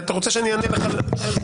אתה רוצה שאני אענה לך לגוף העניין?